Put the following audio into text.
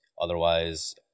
otherwise